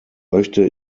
möchte